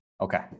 Okay